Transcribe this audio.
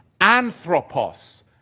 Anthropos